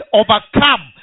overcome